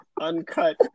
uncut